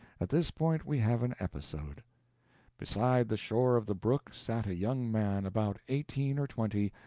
at this point we have an episode beside the shore of the brook sat a young man, about eighteen or twenty,